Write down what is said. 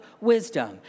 wisdom